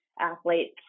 athletes